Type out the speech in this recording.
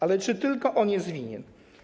Ale czy tylko on jest winien?